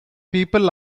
people